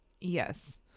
Yes